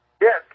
Yes